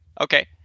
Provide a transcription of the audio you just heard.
Okay